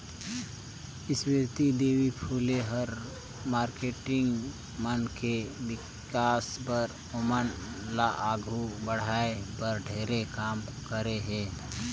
सावित्री देवी फूले ह मारकेटिंग मन के विकास बर, ओमन ल आघू बढ़ाये बर ढेरे काम करे हे